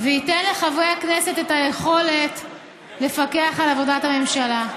וייתן לחברי הכנסת את היכולת לפקח על עבודת הממשלה.